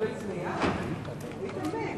רוני, רוני, אתה רוצה לקבל פנייה?